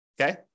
Okay